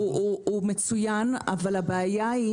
גילוי הדעת הוא מצוין, אבל הבעיה היא